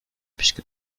puisque